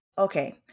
Okay